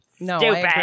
No